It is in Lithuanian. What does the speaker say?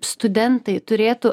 studentai turėtų